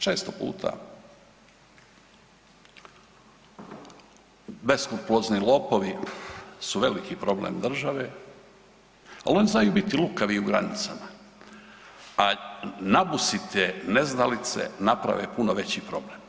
Često puta beskrupulozni lopovi su veliki problem države, a oni znaju biti i lukavi i u granicama, a nabusite neznalice naprave puno veći problem.